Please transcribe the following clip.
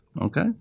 Okay